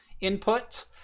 input